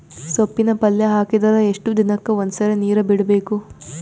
ಸೊಪ್ಪಿನ ಪಲ್ಯ ಹಾಕಿದರ ಎಷ್ಟು ದಿನಕ್ಕ ಒಂದ್ಸರಿ ನೀರು ಬಿಡಬೇಕು?